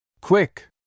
Quick